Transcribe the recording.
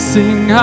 Sing